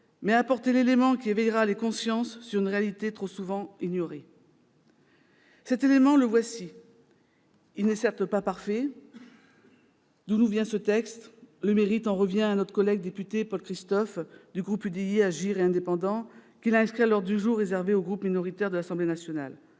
d'apporter l'élément qui éveillera les consciences sur une réalité trop souvent ignorée. Cet élément, le voici. Il n'est certes pas parfait. Le mérite de ce texte revient à notre collègue député Paul Christophe, du groupe UDI, Agir et Indépendants, qui l'a inscrit à l'ordre du jour réservé aux groupes minoritaires de l'Assemblée nationale.